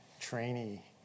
trainee